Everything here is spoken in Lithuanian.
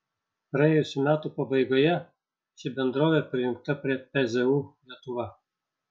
praėjusių metų pabaigoje ši bendrovė prijungta prie pzu lietuva